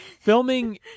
filming